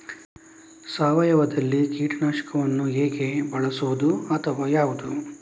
ಸಾವಯವದಲ್ಲಿ ಕೀಟನಾಶಕವನ್ನು ಹೇಗೆ ಬಳಸುವುದು ಅಥವಾ ಯಾವುದು?